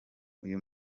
uyu